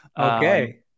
Okay